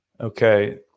Okay